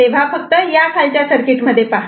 तेव्हा फक्त या या खालच्या सर्किटमध्ये पहा